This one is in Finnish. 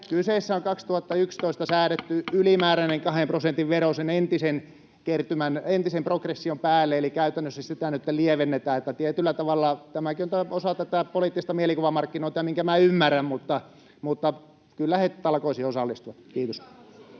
kahden prosentin vero sen entisen kertymän, entisen progression päälle, eli käytännössä sitä nyt lievennetään. Tietyllä tavalla tämäkin on osa tätä poliittista mielikuvamarkkinointia, minkä minä ymmärrän, mutta kyllä he talkoisiin osallistuvat. — Kiitos.